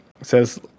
says